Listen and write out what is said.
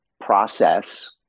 process